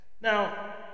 Now